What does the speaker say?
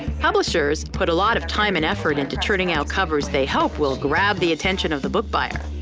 publishers put a lot of time and effort into turning out covers they hope will grab the attention of the book buyer.